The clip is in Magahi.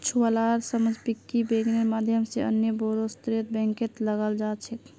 छुवालार समझ पिग्गी बैंकेर माध्यम से अन्य बोड़ो स्तरेर बैंकत लगाल जा छेक